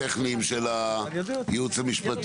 אוקיי, שני שינויים טכניים של הייעוץ המשפטי.